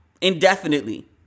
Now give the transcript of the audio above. indefinitely